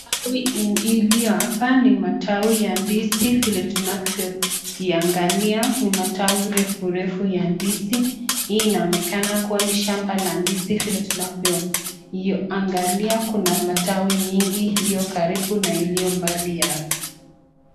Iliyo hapa ni matawi ya ndizi vile tunavyoiona ni matawi refu refu ya ndizi. Hii inaonekana ni shamba la ndizi vile tunavyoiangalia kuna matawi mingi iliyo karibu na iliyo mbali ya hapa.